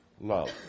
love